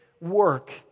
work